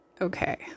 Okay